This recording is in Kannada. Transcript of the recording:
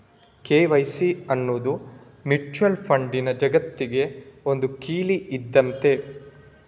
ಕೆ.ವೈ.ಸಿ ಅನ್ನುದು ಮ್ಯೂಚುಯಲ್ ಫಂಡಿನ ಜಗತ್ತಿಗೆ ಒಂದು ಕೀಲಿ ಇದ್ದಂತೆ